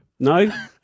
No